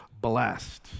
blessed